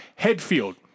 Headfield